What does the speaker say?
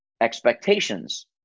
expectations